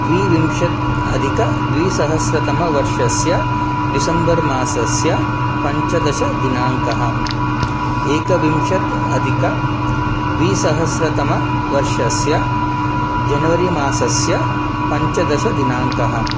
द्वाविंशतिअधिकद्विसहस्रतमवर्षस्य डिसम्बर्मासस्य पञ्चदशदिनाङ्कः एकविंशति अधिकद्विसहस्रतमवर्षस्य जनवरिमासस्य पञ्चदशदिनाङ्कः